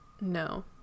No